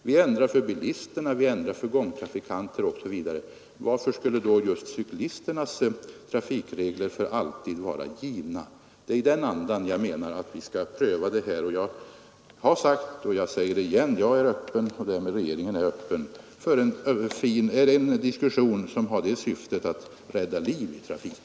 Vi ändrar för bilisterna, vi ändrar för gångtrafikanterna osv. Varför skulle då just cyklisternas trafikregler för alltid vara givna? Det är i den andan jag menar att vi skall pröva det här. Och jag har sagt och jag säger det igen: Jag — och därmed regeringen — är öppen för en diskussion som har syftet att rädda liv i trafiken.